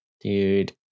dude